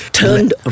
turned